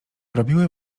robiły